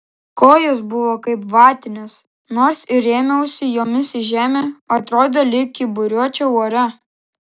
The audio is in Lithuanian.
kojos buvo kaip vatinės nors ir rėmiausi jomis į žemę atrodė lyg kyburiuočiau ore